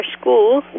school